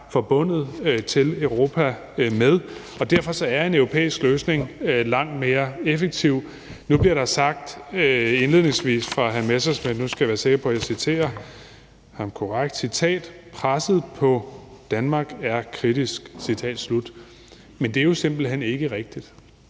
forbundet til Europa, hvad det angår. Derfor er en europæisk løsning langt mere effektiv. Der bliver indledningsvis sagt fra Morten Messerschmidt – nu skal jeg være sikker på, at jeg citerer korrekt – at presset på Danmark er kritisk. Men det er jo simpelt hen ikke rigtigt.